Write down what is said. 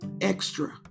extra